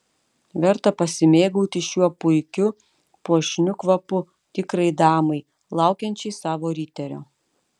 verta pasimėgauti šiuo puikiu puošniu kvapu tikrai damai laukiančiai savo riterio